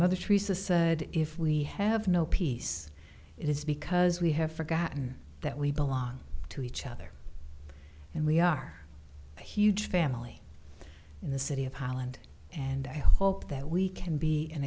mother teresa said if we have no peace it is because we have forgotten that we belong to each other and we are a huge family in the city of holland and i hope that we can be an